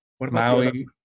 Maui